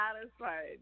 satisfied